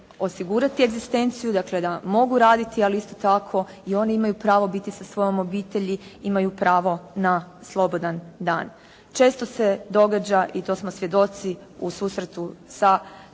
osigurati egzistenciju, dakle da mogu raditi, ali da isto tako i one imaju pravo biti sa svojom obitelji, imaju pravo na slobodan dan. Često se događa i to smo svjedoci u susretu sa